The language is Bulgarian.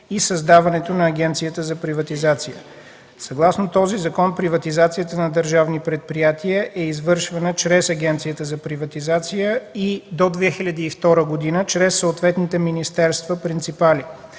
и създаването на Агенцията за приватизация. Съгласно този закон приватизацията на държавни предприятия е извършвана чрез Агенцията за приватизация и до 2002 г. – чрез съответните министерства-принципали.